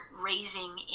raising